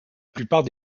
plupart